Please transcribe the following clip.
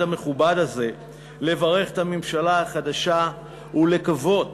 המכובד הזה לברך את הממשלה החדשה ולקוות